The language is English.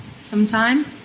sometime